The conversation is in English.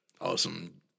Awesome